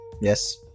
Yes